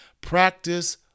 Practice